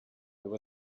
there